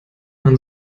man